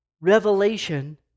revelation